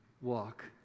walk